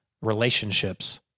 relationships